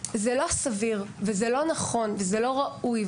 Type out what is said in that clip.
זה לא סביר ולא נכון ולא ראוי.